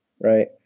Right